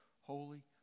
holy